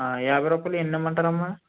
యాభై రూపాయలయి ఎన్ని ఇమ్మంటారు అమ్మా